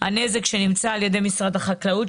הנזק שנמצא על ידי משרד החקלאות,